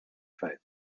faith